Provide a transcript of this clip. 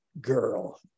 girl